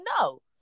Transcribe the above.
no